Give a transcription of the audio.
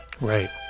Right